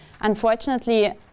Unfortunately